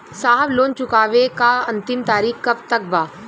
साहब लोन चुकावे क अंतिम तारीख कब तक बा?